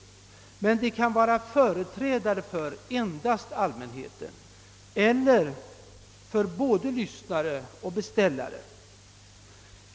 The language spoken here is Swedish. Men tjänstemännen kan vara antingen företrädare för endast allmänheten eller för både lyssnare och annonsörer.